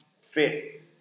fit